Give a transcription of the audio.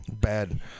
bad